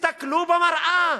תסתכלו במראה,